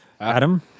Adam